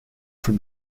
from